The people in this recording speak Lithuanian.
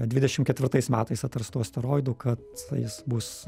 dvidešim ketvirtais metais atrastu asteroidu kad jis bus